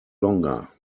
longer